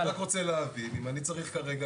אני רק רוצה להבין אם אני צריך כרגע